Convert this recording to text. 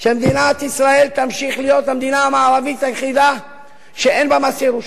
שמדינת ישראל תמשיך להיות המדינה המערבית היחידה שאין בה מס ירושה.